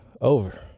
Over